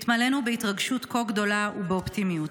התמלאנו בהתרגשות כה גדולה ובאופטימיות,